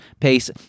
Pace